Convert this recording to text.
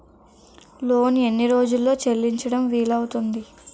Loan ఎన్ని రోజుల్లో చెల్లించడం వీలు అవుతుంది?